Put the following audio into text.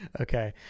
Okay